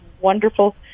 wonderful